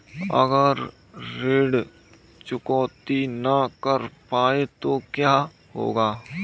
अगर ऋण चुकौती न कर पाए तो क्या होगा?